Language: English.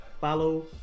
follow